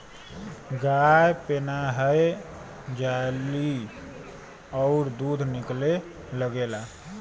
गाय पेनाहय जाली अउर दूध निकले लगेला